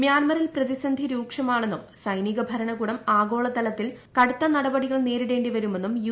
മ്യാൻമറിൽ പ്രതിസന്ധി രൂക്ഷമാണെന്നും സൈനിക ഭരണകൂടം ആഗോളതലത്തിൽ കടുത്ത നടപടികൾ അഭിമുഖീകരിക്കേണ്ടി വരുമെന്നും യു